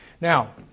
Now